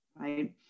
right